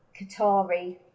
Qatari